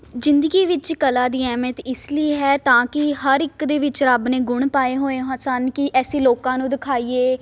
ਜ਼ਿੰਦਗੀ ਵਿੱਚ ਕਲਾ ਦੀ ਅਹਿਮੀਅਤ ਇਸ ਲਈ ਹੈ ਤਾਂ ਕਿ ਹਰ ਇੱਕ ਦੇ ਵਿੱਚ ਰੱਬ ਨੇ ਗੁਣ ਪਾਏ ਹੋਏ ਹ ਸਨ ਕਿ ਅਸੀ ਲੋਕਾਂ ਨੂੰ ਦਿਖਾਈਏ